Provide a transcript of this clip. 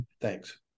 Thanks